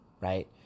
right